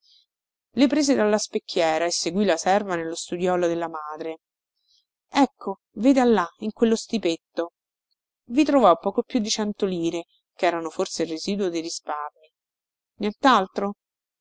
le prese dalla specchiera e seguì la serva nello studiolo della madre ecco veda là in quello stipetto i trovò poco più di cento lire cherano forse il residuo dei risparmii